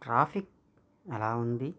traffic ఎలా ఉంది